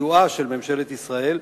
בסיוע של ממשלת ישראל,